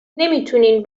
نمیتونین